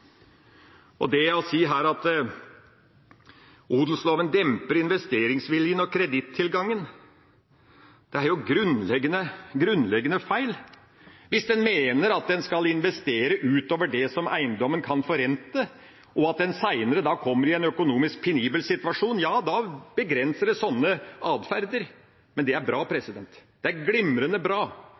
ulike interesser. Å si at odelsloven demper investeringsviljen og kredittilgangen er grunnleggende feil. Hvis en mener at en skal investere utover det som eiendommen kan forrente, og at en senere da kommer i en økonomisk penibel situasjon, ja da begrenser det sånn atferd, og det er bra. Det er glimrende bra!